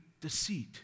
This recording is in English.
deceit